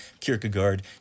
Kierkegaard